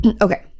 Okay